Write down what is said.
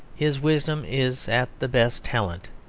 his wisdom is at the best talent,